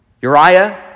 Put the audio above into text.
Uriah